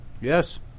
Yes